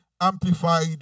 amplified